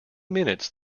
minutes